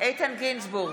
איתן גינזבורג,